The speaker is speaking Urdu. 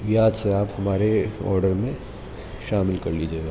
یاد سے آپ ہمارے آڈر میں شامل کر لیجیے گا